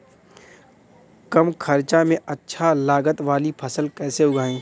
कम खर्चा में अच्छा लागत वाली फसल कैसे उगाई?